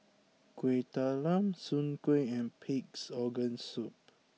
Kuih Talam Soon Kuih and Pig'S Organ Soup